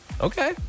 Okay